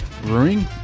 brewing